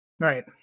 right